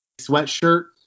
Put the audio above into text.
sweatshirt